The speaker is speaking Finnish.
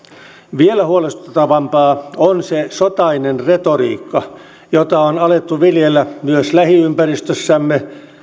vielä huolestuttavampaa on se sotainen retoriikka jota on alettu viljellä myös lähiympäristössämme